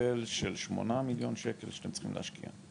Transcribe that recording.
של 8,000,000 שקל שאתם צריכים להשקיע,